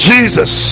Jesus